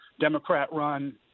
Democrat-run